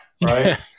Right